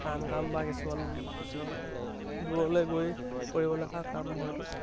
টান কাম বা কিছুমান কিছুমান দূৰলৈ গৈ কৰিবলগা কাম হয়তো